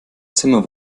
zimmer